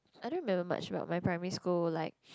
I don't remember much about my primary school like